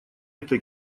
этой